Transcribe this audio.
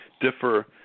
differ